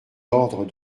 ordres